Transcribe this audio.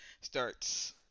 starts